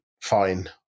fine